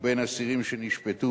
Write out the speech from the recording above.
ובין אסירים שנשפטו,